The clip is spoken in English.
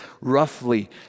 roughly